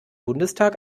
bundestag